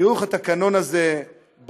תראו איך התקנון הזה בלוי,